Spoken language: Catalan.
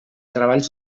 treballs